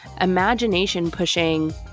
imagination-pushing